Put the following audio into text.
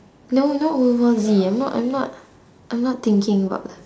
no not world war Z I'm not I'm not I'm not thinking about